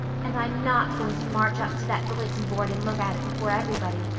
and i'm not going to march up to that bulletin board and look at it before everybody.